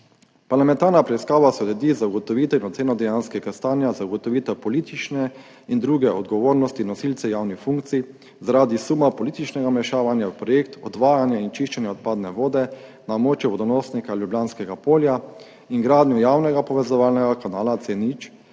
Parlamentarna preiskava se odredi za ugotovitev in oceno dejanskega stanja, za ugotovitev politične in druge odgovornosti nosilcev javnih funkcij zaradi suma političnega vmešavanja v projekt odvajanja in čiščenja odpadne vode na območju vodonosnika Ljubljanskega polja in gradnje javnega povezovalnega kanala C0